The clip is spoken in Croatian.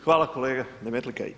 Hvala kolega Demetlika.